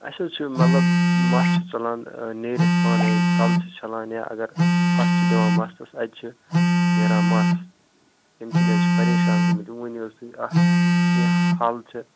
اَسہِ حظ چھُ مطلب مَس چھُ ژَلان نیٖرِتھ پانَے کَلہٕ چھِ چھَلان یا اگر فَش چھِ دِوان مَستَس اَتہِ چھِ نیران مَس اَمۍ کِنۍ حظ چھِ پریشان گٔمٕتۍ ؤنِو حظ تُہۍ اَتھ کیٛاہ حل چھِ